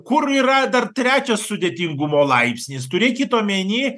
kur yra dar trečias sudėtingumo laipsnis turėkit omeny